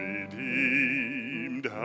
Redeemed